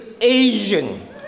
Asian